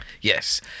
Yes